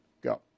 Go